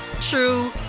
true